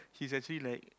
he's actually like